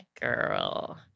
girl